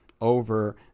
over